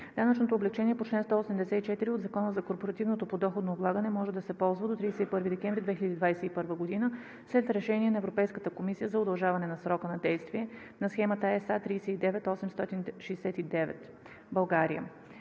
Данъчното облекчение по чл. 184 от Закона за корпоративното подоходно облагане може да се ползва до 31 декември 2021 г. след решение от Европейската комисия за удължаване на срока на действие на схема SA.39869 (2014/N)